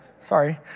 sorry